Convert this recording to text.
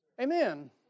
amen